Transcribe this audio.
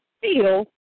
feel